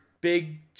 big